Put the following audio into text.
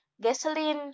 gasoline